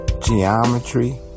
geometry